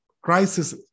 crisis